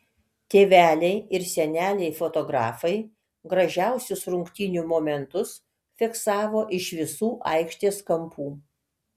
tėveliai ir seneliai fotografai gražiausius rungtynių momentus fiksavo iš visų aikštės kampų